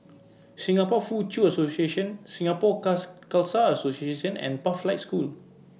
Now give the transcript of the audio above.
Singapore Foochow Association Singapore Khalsa Association and Pathlight School